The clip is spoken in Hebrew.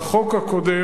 בחוק הקודם,